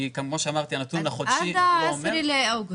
כי כמו שאמרתי הנתון החודשי פה אומר --- עד ה-10 באוגוסט.